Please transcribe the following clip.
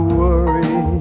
worry